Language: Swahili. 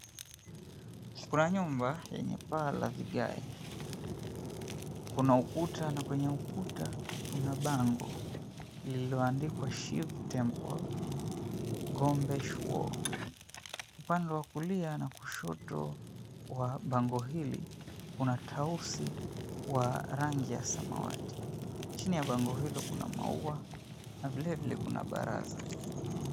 Kuna nyumba yenye paa la vigae. Kuna ukuta na kwenye ukuta kuna bango lililoandikwa, "Shiva Temple Gombeshwar". Upande wa kulia na kushoto wa bango hili kuna tausi wa rangi ya samawati. Chini ya bango hilo kuna maua na vilevile kuna baraza.